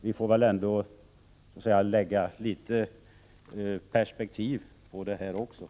Vi får väl ändå ha litet perspektiv även i detta sammanhang.